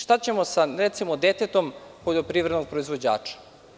Šta ćemo sa, recimo, detetom poljoprivrednog proizvođača?